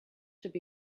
should